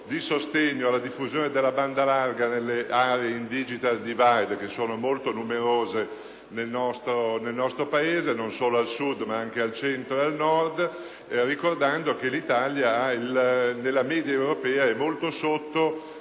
di sostegno alla diffusione della banda larga nelle aree in *digital* *divide*, che sono molto numerose nel nostro Paese, non solo al Sud ma anche al Centro e al Nord, ricordando che l'Italia è molto al di sotto